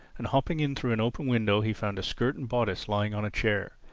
and hopping in through an open window he found a skirt and bodice lying on a chair.